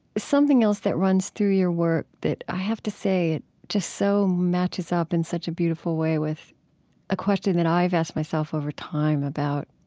something else that runs through your work that i have to say it just so matches up in such a beautiful way with a question that i've asked myself over time about,